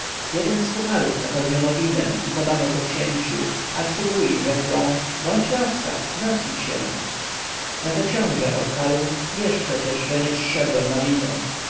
jeden z puharów napełniono winem i podano go księciu a tbubui rzekła bądź łaskaw napij się na to książę odparł wiesz przecie że nie przyszedłem na wino